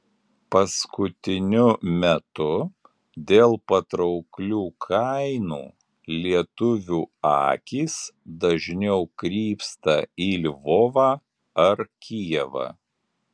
paskutiniu metu dėl patrauklių kainų lietuvių akys dažniau krypsta į lvovą ar kijevą